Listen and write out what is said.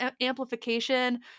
amplification